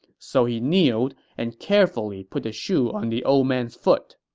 so he kneeled and carefully put the shoe on the old man's foot.